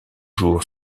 jour